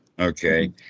Okay